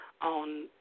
on